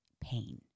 pain